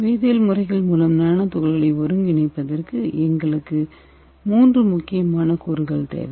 வேதியியல் முறைகள் மூலம் நானோ துகள்களை ஒருங்கிணைப்பதற்கு எங்களுக்கு மூன்று முக்கியமான கூறுகள் தேவை